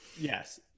Yes